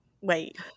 wait